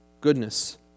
goodness